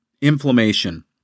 inflammation